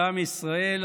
לעם ישראל,